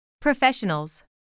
Professionals